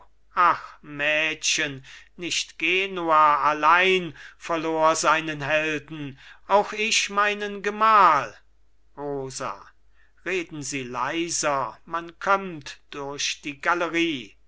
ach mädchen nicht genua allein verlor seinen helden auch ich meinen gemahl rosa reden sie leiser man kömmt durch die galerie